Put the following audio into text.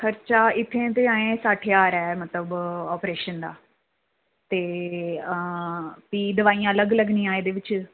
खर्चा इत्थै ते अजें सट्ठ ज्हार ऐ मतलब आपरेशन दा ते अंऽ भी दवाइयां अलग लग्गनियां एह्दे बिच्च